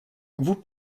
vous